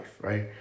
right